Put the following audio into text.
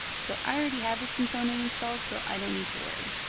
so i already have this component installed, so i don't need to worry.